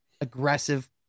aggressive